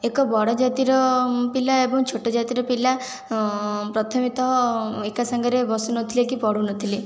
ଏକ ବଡ଼ ଜାତିର ପିଲା ଏବଂ ଛୋଟ ଜାତିର ପିଲା ପ୍ରଥମେ ତ ଏକାସାଙ୍ଗରେ ବସୁନଥିଲେ କି ପଢ଼ୁନଥିଲେ